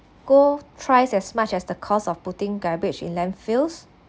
cost thrice as much as the cost of putting garbage in landfills